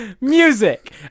music